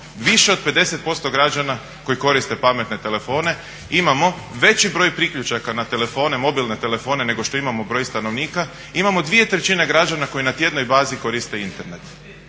više od 50% građana koji koriste pametne telefone, imamo veći broj priključaka na telefone, mobilne telefone nego što imamo broj stanovnika, imamo dvije trećine građana koji na tjednoj bazi koriste Internet.